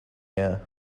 air